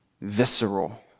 visceral